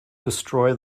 destroy